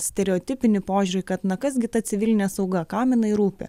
stereotipinį požiūrį kad na kas gi ta civilinė sauga kam jinai rūpi